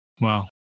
Wow